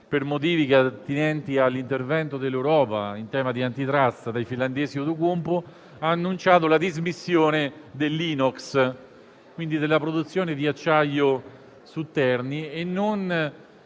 per motivi attinenti all'intervento dell'Europa in tema di *antitrust* dai finlandesi di Outokumpu, ha annunciato la dismissione dell'*inox* (ovvero della produzione di acciaio su Terni) e non